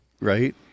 Right